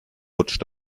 rutscht